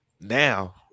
now